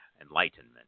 Enlightenment